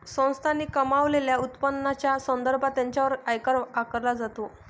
संस्थांनी कमावलेल्या उत्पन्नाच्या संदर्भात त्यांच्यावर आयकर आकारला जातो